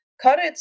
Courage